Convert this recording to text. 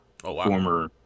former